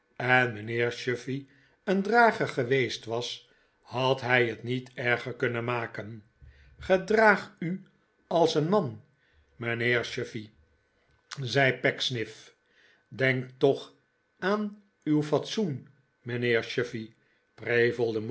en mijnheer chuffey een drager geweest was had hij het niet erger kunrien maken gedraag u als een man mijnheer chuffey zei pecksniff denk toch aan uw fatsoen mijnheer